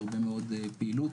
בהרבה מאוד פעילות.